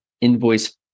invoice